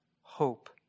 hope